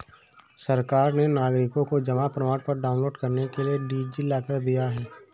सरकार ने नागरिकों को जमा प्रमाण पत्र डाउनलोड करने के लिए डी.जी लॉकर दिया है